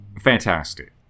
fantastic